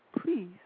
Please